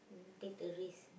take the risk